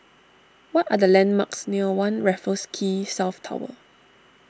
what are the landmarks near one Raffles Quay South Tower